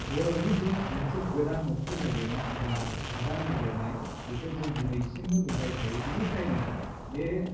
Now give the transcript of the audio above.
बर'नि जे मोनसे गोदान न'बथि नागिरनाय एबा हादान नागिरनाय बेखौ जों दिनैसिमबो नुबाय थायो बिनिखायनो बे